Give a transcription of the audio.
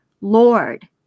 Lord